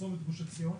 צומת גוש עציון.